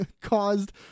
caused